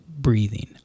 breathing